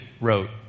wrote